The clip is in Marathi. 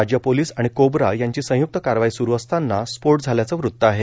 राज्य पोलीस आणि कोब्रा यांची संय्क्त कारवाई स्रू असताना स्फोट झाल्याचं वृत्त आहे